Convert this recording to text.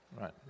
right